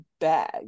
bag